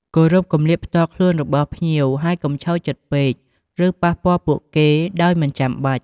គោរពគម្លាតផ្ទាល់ខ្លួនរបស់ភ្ញៀវ ហើយកុំឈរជិតពេក ឬប៉ះពាល់ពួកគេដោយមិនចាំបាច់។